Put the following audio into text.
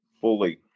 fully